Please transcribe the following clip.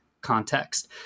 context